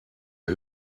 who